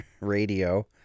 radio